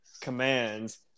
commands